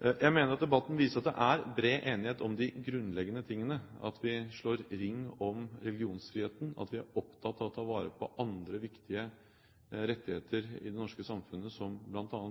Jeg mener at debatten viser at det er bred enighet om de grunnleggende tingene, at vi slår ring om religionsfriheten, at vi er opptatt av å ta vare på andre viktige rettigheter i det norske samfunnet, som bl.a.